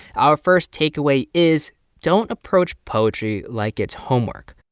our first takeaway is don't approach poetry like it's homework